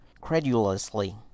credulously